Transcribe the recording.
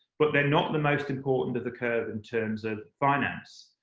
but they're not the most important of the curve in terms of finance.